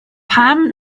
pam